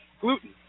gluten